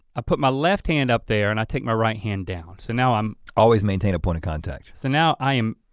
i put my left hand up there and i take my right hand down, so now i'm always maintain important contact. so now i am,